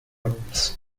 rooms